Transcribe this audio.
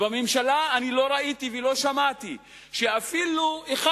בממשלה אני לא ראיתי ולא שמעתי שאפילו אחד